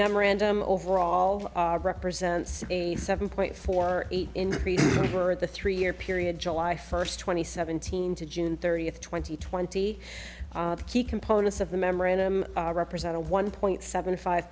memorandum overall represents a seven point four eight increase for the three year period july first two thousand and seventeen to june thirtieth twenty twenty key components of the memorandum represent a one point seven five